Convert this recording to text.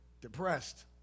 depressed